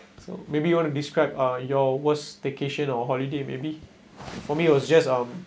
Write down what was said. so maybe you want to describe uh your worst staycation or holiday maybe for me it was just um